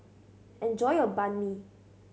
enjoy your Banh Mi